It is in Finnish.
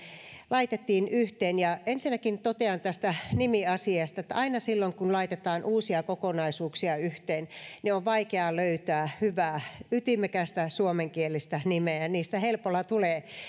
laitettiin yhteen ensinnäkin totean tästä nimiasiasta että aina silloin kun laitetaan uusia kokonaisuuksia yhteen on vaikea löytää hyvää ytimekästä suomenkielistä nimeä niistä helpolla tulee